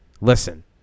listen